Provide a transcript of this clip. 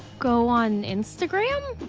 go on instagram?